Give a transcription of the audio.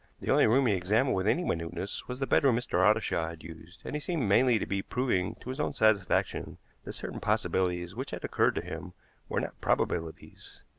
the only room he examined with any minuteness was the bedroom mr. ottershaw had used, and he seemed mainly to be proving to his own satisfaction that certain possibilities which had occurred to him were not probabilities.